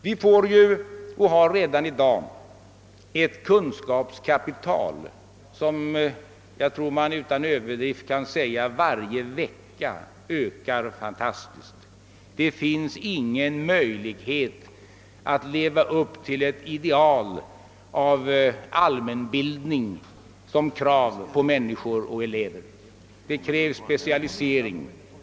Vi får ju, och har redan i dag, ett kunskapskapital som — jag tror man kan säga det utan överdrift — ökar fantastiskt varje vecka. Det finns ingen möjlighet att leva upp till ett ideal av verklig allmänbildning som krav på människor och elever. Det krävs specialisering.